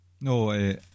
No